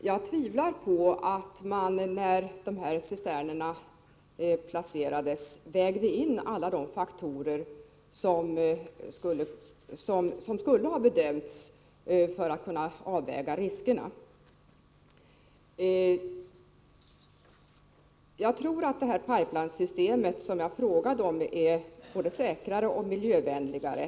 Herr talman! Jag tvivlar på att man vid placeringen av de här cisternerna vägde in alla de faktorer som man borde ha tagit hänsyn till för att kunna bedöma riskerna. Jag tror att det pipelinesystem jag nämnde är både säkrare och miljövänligare.